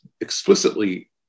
explicitly